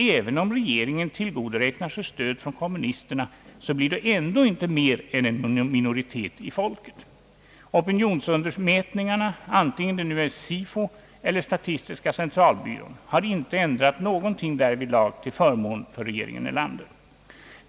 även om regeringen tillgodoräknar sig stöd från kommunisterna, så blir det ändå inte mer än en minoritet av folket. Opinionsmätningarna antingen de nu är SIFO:s eller statistiska centralbyråns, har inte ändrat någonting därvidlag till förmån för regeringen Erlander.